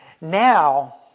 Now